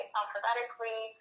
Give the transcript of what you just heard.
alphabetically